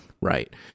Right